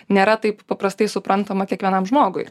nėra taip paprastai suprantama kiekvienam žmogui